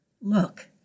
Look